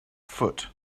foot